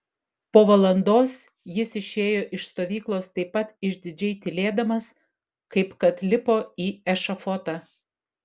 po valandos jis išėjo iš stovyklos taip pat išdidžiai tylėdamas kaip kad lipo į ešafotą